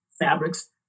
fabrics